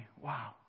Wow